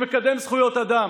מי מקדם זכויות אדם,